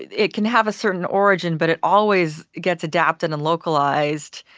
it can have a certain origin, but it always gets adapted and localized.